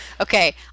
Okay